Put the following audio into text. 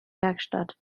werkstatt